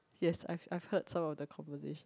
yes I I heard so the conversation